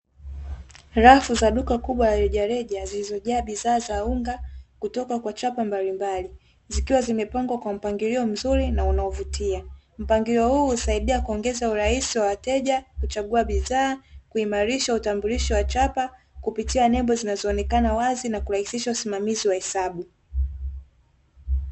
Rafu za duka kubwa la rejareja zilizojaa bidhaa za unga kutoka kwa chapa mbalimbali, zikiwa zimepangwa kwa mpangilio mzuri na unaovutia. Mpangilio huu husaidia kuongeza urahisi wa wateja kuchagua bidhaa, kuimarisha utambulisho wa chapa, kupitia nembo zinazoonekana wazi na kurahisisha usimamizi wa hesabu.